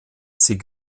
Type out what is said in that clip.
sie